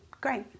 great